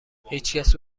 هیچکس